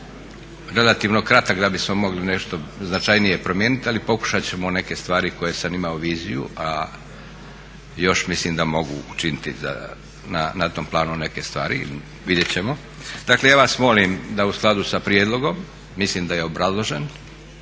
relativno kratak da bismo mogli nešto značajnije promijeniti, ali pokušat ćemo neke stvari koje sam imao viziju, a još mislim da mogu učiniti na tom planu neke stvari, vidjet ćemo. Dakle ja vas molim da u skladu sa prijedlogom, mislim da je obrazložen,